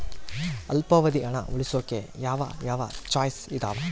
ಅಲ್ಪಾವಧಿ ಹಣ ಉಳಿಸೋಕೆ ಯಾವ ಯಾವ ಚಾಯ್ಸ್ ಇದಾವ?